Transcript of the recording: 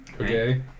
Okay